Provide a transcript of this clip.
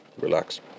relax